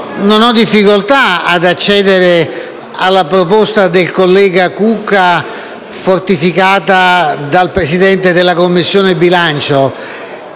non ho difficoltaad aderire alla proposta del collega Cucca, fortificata dal Presidente della Commissione bilancio,